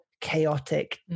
chaotic